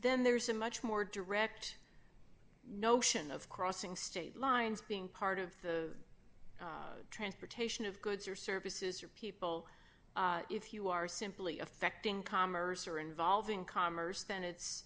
then there's a much more direct notion of crossing state lines being part of the transportation of goods or services or people if you are simply affecting commerce or involving commerce then it's